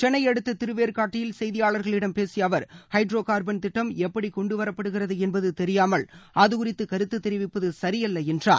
சென்னையை அடுத்த திருவேற்காட்டில் செய்தியாளர்களிடம் பேசிய அவர் ஹைட்ரோ கார்பன் திட்டம் எப்படி கொண்டு வரப்படுகிறது என்பது தெரியாமல் அகுகுறித்து கருத்து தெரிவிப்பது சரியல்ல என்றார்